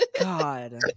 God